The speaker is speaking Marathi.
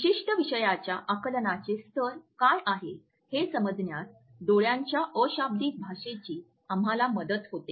विशिष्ट विषयाच्या आकलनाचे स्तर काय आहे हे समजण्यास डोळ्यांच्या अशाब्दिक भाषेची आम्हाला मदत होते